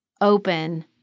open